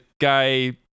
guy